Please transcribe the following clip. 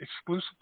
exclusive